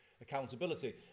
accountability